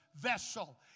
Vessel